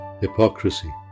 hypocrisy